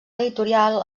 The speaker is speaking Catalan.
editorial